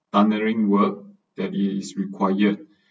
tunnelling work that is required